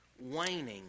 waning